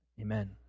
Amen